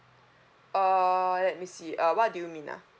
err let me see uh what do you mean ah